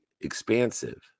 expansive